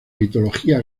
mitología